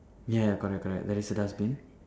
ya correct correct there is a dustbin